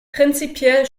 prinzipiell